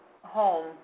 home